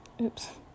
Oops